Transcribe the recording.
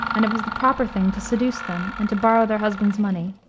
and it was the proper thing to seduce them, and to borrow their husbands' money.